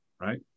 right